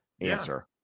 answer